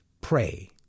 pray